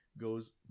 goes